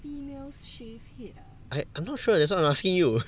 I I'm not sure that's why I'm asking you